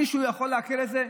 מישהו יכול לעכל את זה?